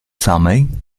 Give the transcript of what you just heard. samej